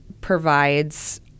provides